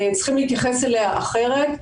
צריכים להתייחס אליה אחרת.